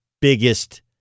biggest